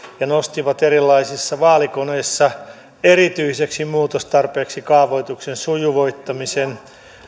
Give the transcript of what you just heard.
ja nostivat erilaisissa vaalikoneissa erityiseksi muutostarpeeksi kaavoituksen sujuvoittamisen